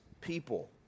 people